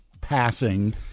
passing